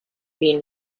been